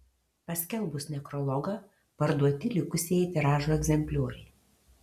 paskelbus nekrologą parduoti likusieji tiražo egzemplioriai